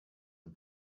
and